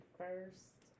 first